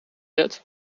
het